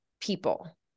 people